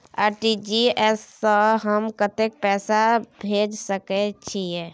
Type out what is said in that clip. RTG S स हम कत्ते पैसा भेज सकै छीयै?